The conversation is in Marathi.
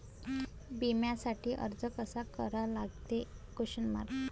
बिम्यासाठी अर्ज कसा करा लागते?